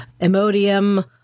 emodium